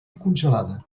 congelada